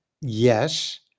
yes